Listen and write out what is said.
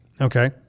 Okay